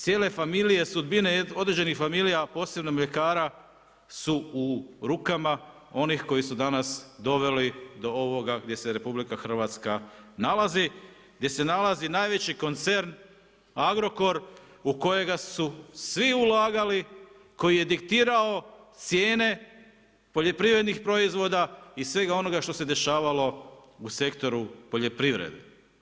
Cijele familije, sudbine, određenih familija, posebno mljekara su u rukama onih koji su danas doveli do ovoga gdje se RH nalazi, gdje se nalazi najveći koncern Agrokor, u kojega su svi ulagali, koji je diktirao cijene poljoprivrednih proizvoda i svega onoga što se dešavalo u sektoru poljoprivrede.